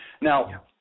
Now